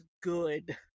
good